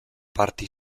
parte